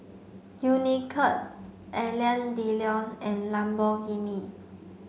Unicurd Alain Delon and Lamborghini